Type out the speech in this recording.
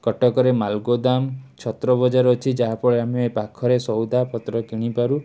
କଟକରେ ମାଲଗୋଦାମ ଛତ୍ରବଜାର ଅଛି ଯାହାଫଳରେ ଆମେ ପାଖରେ ସଉଦାପତ୍ର କିଣିପାରୁ